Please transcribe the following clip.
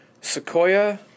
Sequoia